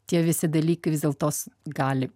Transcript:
tie visi dalykai vis dėltos gali